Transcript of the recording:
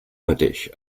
mateix